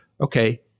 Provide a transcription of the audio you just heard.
okay